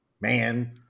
man